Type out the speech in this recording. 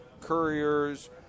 couriers